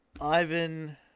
Ivan